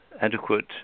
adequate